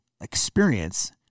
experience